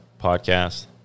podcast